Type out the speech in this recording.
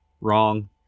Wrong